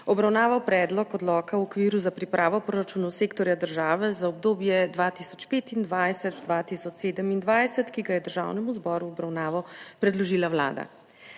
obravnaval Predlog odloka o okviru za pripravo proračunov sektorja države za obdobje 2025-2027, ki ga je Državnemu zboru v obravnavo predložila Vlada.